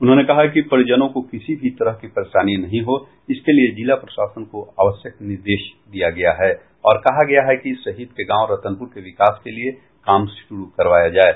उन्होंने कहा कि परिजनों को किसी भी तरह की परेशानी नहीं हो इसके लिए जिला प्रशासन को आवश्यक निर्देश दिया गया है और कहा गया है कि शहीद के गांव रतनपूर के विकास के लिए काम शुरू करवाया जाये